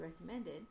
recommended